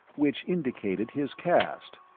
which indicated his caste.